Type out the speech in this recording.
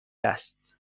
است